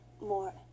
more